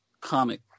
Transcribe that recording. comic